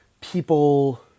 people